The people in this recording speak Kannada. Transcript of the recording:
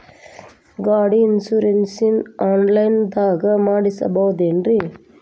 ಗಾಡಿ ಇನ್ಶೂರೆನ್ಸ್ ಆನ್ಲೈನ್ ದಾಗ ಮಾಡಸ್ಬಹುದೆನ್ರಿ?